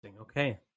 Okay